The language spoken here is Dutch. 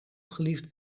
geliefd